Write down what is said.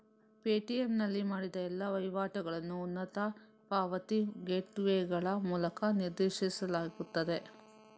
Paytm ನಲ್ಲಿ ಮಾಡಿದ ಎಲ್ಲಾ ವಹಿವಾಟುಗಳನ್ನು ಉನ್ನತ ಪಾವತಿ ಗೇಟ್ವೇಗಳ ಮೂಲಕ ನಿರ್ದೇಶಿಸಲಾಗುತ್ತದೆ